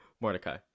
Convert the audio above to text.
Mordecai